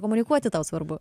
komunikuoti tau svarbu